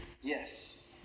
Yes